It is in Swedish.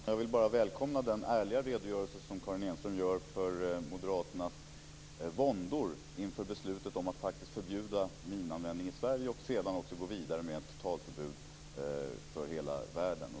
Herr talman! Jag vill bara välkomna Karin Enströms ärliga redogörelse för Moderaternas våndor inför beslutet om att förbjuda minanvändning i Sverige och sedan också gå vidare med ett totalförbud för hela världen.